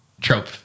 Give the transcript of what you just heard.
trope